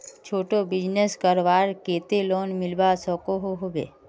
छोटो बिजनेस करवार केते लोन मिलवा सकोहो होबे?